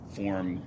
form